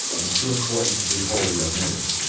and too important to be wholly omitted.